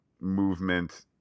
movement